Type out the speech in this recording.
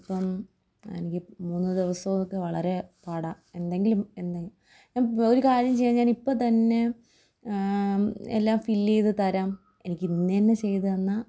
ഇപ്പോള് എനിക്ക് മൂന്ന് ദിവസമൊക്കെ വളരെ പാടാണ് എന്തെങ്കിലും ഒരു കാര്യം ചെയ്യാം ഞാൻ ഇപ്പോള് തന്നെ എല്ലാം ഫില്ലേയ്ത് തരാം എനിക്ക് ഇന്നുതന്നെ ചെയ്തുതന്നാല്